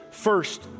First